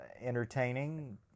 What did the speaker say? entertaining